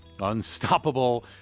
unstoppable